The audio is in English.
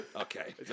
Okay